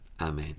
Amen